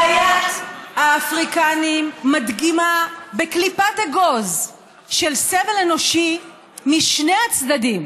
בעיית האפריקנים מדגימה בקליפת אגוז סבל אנושי משני צדדים: